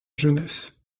jeunesse